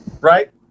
Right